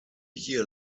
year